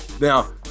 Now